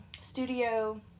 Studio